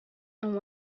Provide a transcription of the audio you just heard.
and